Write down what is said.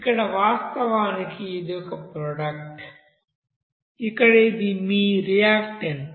ఇక్కడ వాస్తవానికి ఇది ఒక ప్రోడక్ట్ ఇక్కడ ఇది మీ రియాక్టన్ట్